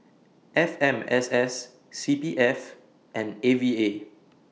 F M S S C P F and A V A